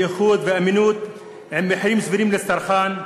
איכות ואמינות עם מחירים סבירים לצרכן,